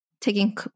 taking